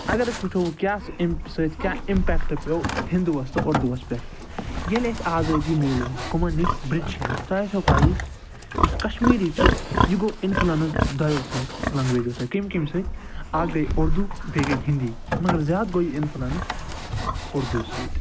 اگر أسۍ وُچھَو کیٛاہ أمۍ سۭتۍ کیٛاہ اِمپیٚکٹ پیو ہِنٛدُوَس تہٕ اُردُوَس پٮ۪ٹھ ییٚلہِ اَسہِ آزٲدی میٚلے کٔمَن نِش برٹشَن نِش تۄہہِ آسیو پَیی یُس کَشمیٖری چھِ یہِ گوٚو اِنٛفُلَنٕس دۄیَو سۭتۍ لَنٛگویجَو سۭتۍ کٔمۍ کٔمۍ سۭتۍ اَکھ گٕے اُردُو بیاکھ گٕے ہِنٛدی مگر زیادٕ گوٚو یہِ اِنٛفُلَنٕس اُردُو سۭتۍ